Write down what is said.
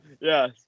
Yes